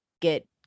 get